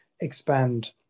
expand